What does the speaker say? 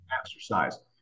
exercise